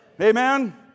Amen